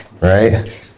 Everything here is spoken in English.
right